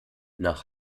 nach